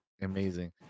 amazing